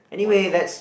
why not